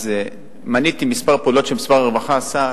אז מניתי כמה פעולות שמשרד הרווחה עשה.